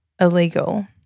illegal